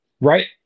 Right